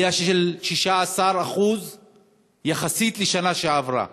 עלייה של 16% יחסית לשנה שעברה.